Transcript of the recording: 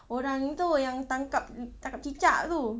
orang itu yang tangkap tangkap cicak itu